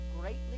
greatly